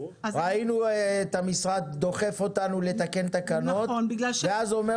ראינו את המשרד דוחף אותנו לתקן תקנות ואז הוא אומר